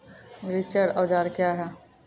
रिचर औजार क्या हैं?